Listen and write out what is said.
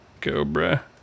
Cobra